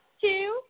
two